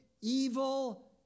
evil